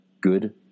good